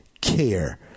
care